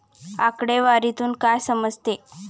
आकडेवारीतून काय समजते?